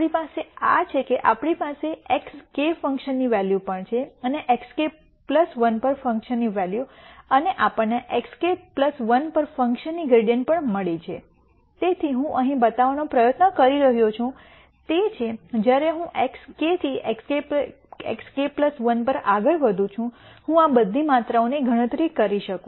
આપણી પાસે આ છે કે આપણી પાસે એક્સ k ફંકશન ની વેલ્યુ પણ છે અને xk 1 પર ફંકશનની વેલ્યુ અને આપણને xk1 પર ફંક્શનની ગ્રૈડીઅન્ટ પણ મળી છેતેથી હું અહીં બતાવવાનો પ્રયત્ન કરી રહ્યો છું તે છે જ્યારે હું xkથી x k 1 પર આગળ વધું છું હું આ બધી માત્રાઓની ગણતરી કરી શકું